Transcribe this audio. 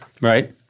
Right